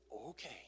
okay